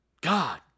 god